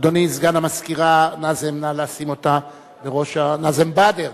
אדוני, סגן המזכירה, נאזם בדר,